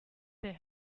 they